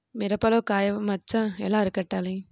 మిరపలో కాయ మచ్చ ఎలా అరికట్టాలి?